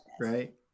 right